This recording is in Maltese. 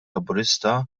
laburista